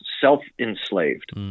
self-enslaved